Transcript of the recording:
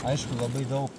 aišku labai daug